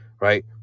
right